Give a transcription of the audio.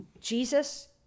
Jesus